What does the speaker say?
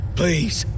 please